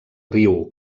riu